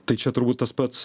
tai čia turbūt tas pats